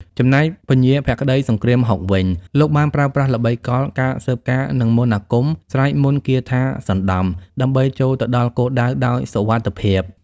ចំណែកពញាភក្តីសង្គ្រាមហុក វិញ លោកបានប្រើប្រាស់ល្បិចកល ការស៊ើបការណ៍ និងមន្តអាគម (សែកមន្តគាថាសណ្តំ) ដើម្បីចូលទៅដល់គោលដៅដោយសុវត្ថិភាព។